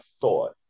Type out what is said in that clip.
thought